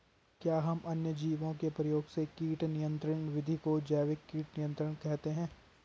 क्या हम अन्य जीवों के प्रयोग से कीट नियंत्रिण विधि को जैविक कीट नियंत्रण कहते हैं?